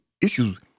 issues